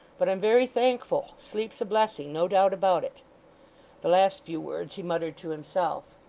but i'm very thankful. sleep's a blessing no doubt about it the last few words he muttered to himself.